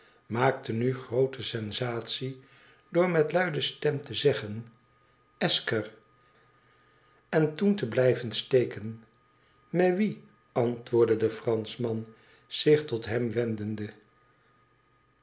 maakte nu groote sensatie door met luide stem te zeggen ësker en toen te blijven steken mais oui antwoordde de franschman zich tot hem wendende